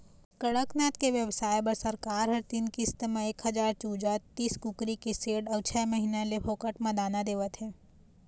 कड़कनाथ के बेवसाय बर सरकार ह तीन किस्त म एक हजार चूजा, तीस कुकरी के सेड अउ छय महीना ले फोकट म दाना देवत हे